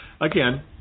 again